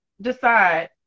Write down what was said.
decide